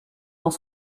dans